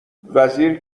وزیر